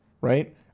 Right